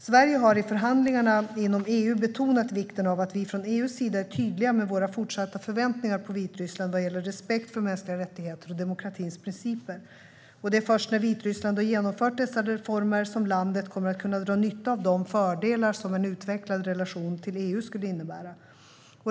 Sverige har i förhandlingarna inom EU betonat vikten av att vi från EU:s sida är tydliga med våra fortsatta förväntningar på Vitryssland vad gäller respekt för mänskliga rättigheter och demokratins principer. Det är först när Vitryssland har genomfört dessa reformer som landet kommer att kunna dra nytta av de fördelar som en utvecklad relation till EU skulle innebära.